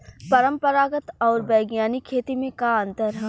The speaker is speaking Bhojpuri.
परंपरागत आऊर वैज्ञानिक खेती में का अंतर ह?